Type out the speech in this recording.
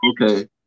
okay